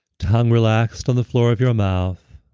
tongue relaxed on the floor of your mouth.